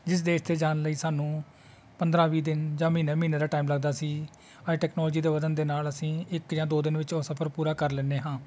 ਜਿਸ ਦੇਸ਼ 'ਤੇ ਜਾਣ ਲਈ ਸਾਨੂੰ ਪੰਦਰਾਂ ਵੀਹ ਦਿਨ ਜਾਂ ਮਹੀਨਾ ਮਹੀਨਾ ਦਾ ਟਾਈਮ ਲੱਗਦਾ ਸੀ ਅੱਜ ਟੈਕਨੋਲੋਜੀ ਦੇ ਵਧਣ ਦੇ ਨਾਲ ਅਸੀਂ ਇੱਕ ਜਾਂ ਦੋ ਦਿਨ ਵਿੱਚ ਉਹ ਸਫ਼ਰ ਪੂਰਾ ਕਰ ਲੈਂਦੇ ਹਾਂ